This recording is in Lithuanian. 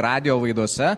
radijo laidose